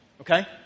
Okay